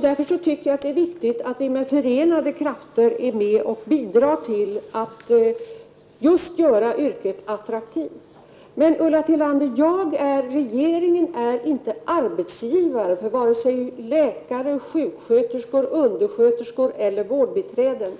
Därför tycker jag att det är viktigt att vi med förenade krafter är med och bidrar till att göra yrket attraktivt. Men, Ulla Tillander, jag och regeringen är inte arbetsgivare för vare sig läkare, sjuksköterskor, undersköterskor eller vårdbiträden.